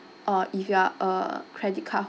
or if you are a credit card ho~